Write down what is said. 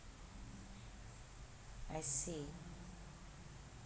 I see